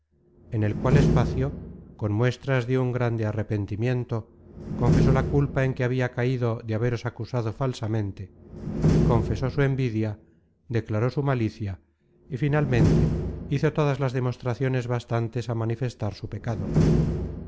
en el cual espacio con muestras de un grande arrepentimiento confesó la culpa en que habia caido de haberos acusado falsamente confesó su envidia declaró su malicia y finalmente hizo todas las demostraciones bastantes á manifestar su pecado